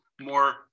more